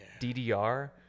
DDR